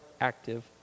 active